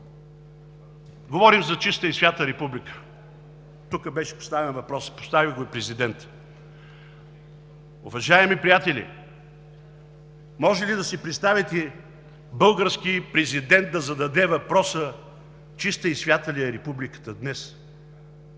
Говорим за чиста и свята република – тук беше поставен въпросът, постави го и Президентът. Уважаеми приятели, можете ли да си представите български президент да зададе въпроса: чиста и свята ли е републиката днес?!